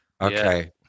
Okay